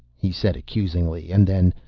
he said accusingly and then,